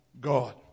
God